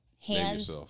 Hands